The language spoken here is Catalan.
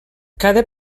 cada